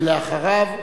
ואחריו,